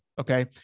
Okay